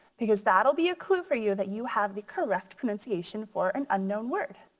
because that'll be a clue for you that you have the correct pronunciation for an unknown word.